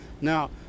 Now